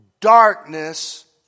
Darkness